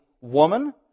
woman